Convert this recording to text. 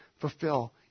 fulfill